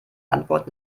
antwort